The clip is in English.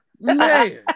Man